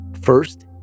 First